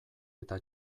eta